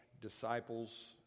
disciples